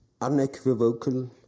unequivocal